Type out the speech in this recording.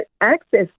access